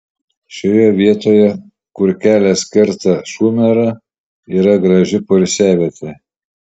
šioje vietoje kur kelias kerta šumerą yra graži poilsiavietė